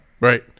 right